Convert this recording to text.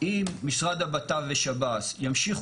אם משרד הבט"פ ושב"ס,